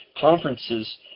conferences